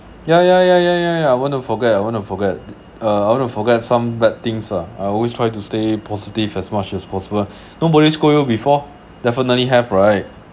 ya ya ya ya ya ya I want to forget I want to forget uh I want to forget some bad things ah I always try to stay positive as much as possible nobody scold you before definitely have right